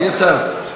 יש שר.